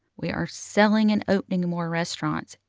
we are selling and opening more restaurants,